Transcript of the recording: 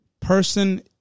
person